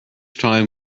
time